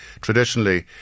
Traditionally